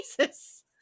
jesus